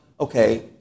okay